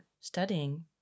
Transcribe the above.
studying